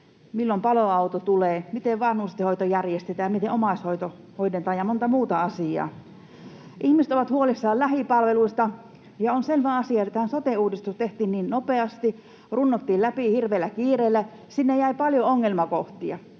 milloin paloauto tulee, miten vanhustenhoito järjestetään, miten omaishoito hoidetaan ja monta muuta asiaa. Ihmiset ovat huolissaan lähipalveluista, ja on selvä asia, että kun tämä sote-uudistus tehtiin niin nopeasti, runnottiin läpi hirveällä kiireellä, niin sinne jäi paljon ongelmakohtia.